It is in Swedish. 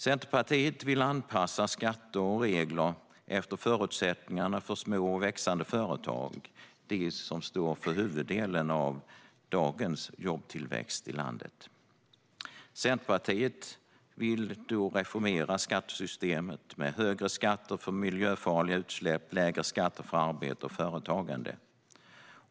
Centerpartiet vill anpassa skatter och regler efter förutsättningarna för små och växande företag - de som står för huvuddelen av dagens jobbtillväxt i landet. Centerpartiet vill reformera skattesystemet med högre skatter för miljöfarliga utsläpp samt lägre skatter för arbete och företagande.